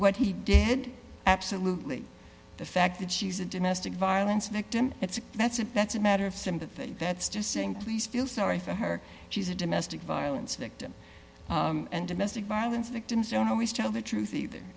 what he did absolutely the fact that she's a domestic violence victim that's that's it that's a matter of sympathy that's just saying please feel sorry for her she's a domestic violence victim and domestic violence victims don't always tell the truth either